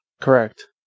Correct